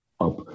up